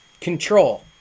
control